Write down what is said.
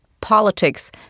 politics